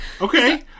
Okay